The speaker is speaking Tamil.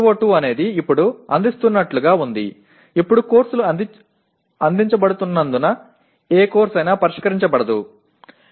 PO2 என்பது இப்போது வழங்கப்படுவதால் எந்தவொரு பாடநெறியாலும் கவனிக்கப்படுவதில்லை